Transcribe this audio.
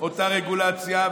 אותה רגולציה,